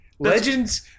Legends